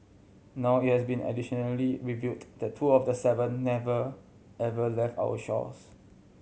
now it has been additionally revealed that two of the seven never left our shores